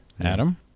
Adam